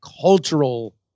cultural